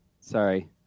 Sorry